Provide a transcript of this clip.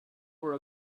were